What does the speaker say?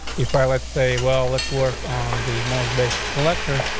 if i let's say, well, let's work on the most basic selector.